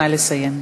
נא לסיים.